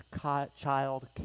child